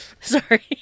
Sorry